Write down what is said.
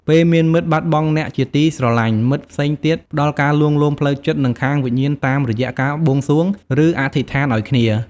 ពេលមានមិត្តបាត់បង់អ្នកជាទីស្រឡាញ់ មិត្តផ្សេងទៀតផ្តល់ការលួងលោមផ្លូវចិត្ត និងខាងវិញ្ញាណតាមរយៈការបួងសួង ឬ អធិស្ឋានឱ្យគ្នា។។